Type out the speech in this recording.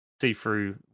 See-through